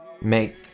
make